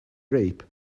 rape